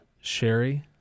sherry